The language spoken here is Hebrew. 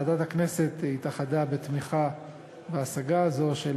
ועדת הכנסת התאחדה בתמיכה בהשגה הזאת,